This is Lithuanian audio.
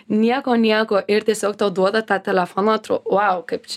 nieko nieko ir tiesiog tau duoda tą telefoną atro vau kaip čia